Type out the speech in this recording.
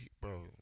Bro